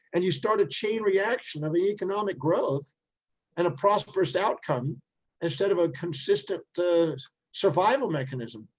and you start a chain reaction of economic growth and a prosperous outcome instead of a consistent survival mechanism.